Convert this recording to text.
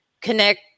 connect